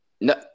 No